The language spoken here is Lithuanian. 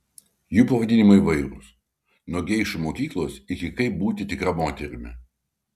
jų pavadinimai įvairūs nuo geišų mokyklos iki kaip būti tikra moterimi